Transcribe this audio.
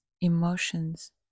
emotions